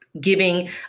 giving